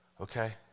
Okay